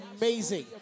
amazing